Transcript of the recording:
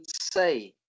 say